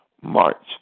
March